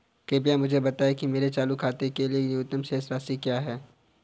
कृपया मुझे बताएं कि मेरे चालू खाते के लिए न्यूनतम शेष राशि क्या है?